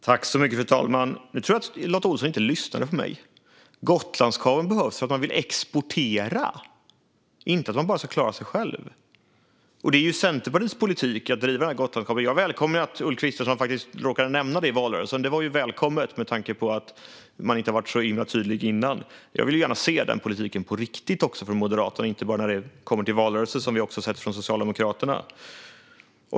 Fru talman! Nu tror jag att Lotta Olsson inte lyssnade på mig. Gotlandskabeln behövs för att man vill exportera, inte för att bara klara sig själv. Det är Centerpartiets politik att driva frågan om Gotlandskabeln. Jag välkomnar att Ulf Kristersson råkade nämna den i valrörelsen. Det var välkommet med tanke på att man inte hade varit så tydlig innan. Jag vill gärna se den politiken på riktigt från Moderaternas sida, inte bara när det är valrörelser - som vi också har sett hos Socialdemokraterna.